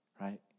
right